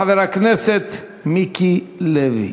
חבר הכנסת מיקי לוי.